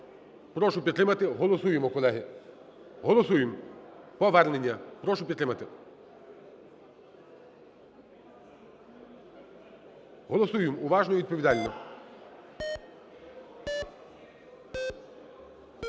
прошу підтримати. Голосуємо, колеги. Голосуємо повернення. Прошу підтримати. Голосуємо уважно і відповідально.